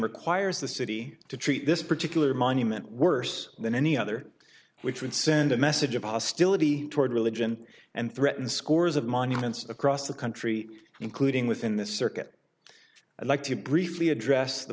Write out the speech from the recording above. requires the city to treat this particular monument worse than any other which would send a message of hostility toward religion and threaten scores of monuments across the country including within this circuit i'd like to briefly address the